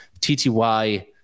tty